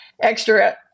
extra